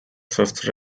fifth